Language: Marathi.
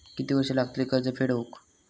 किती वर्षे लागतली कर्ज फेड होऊक?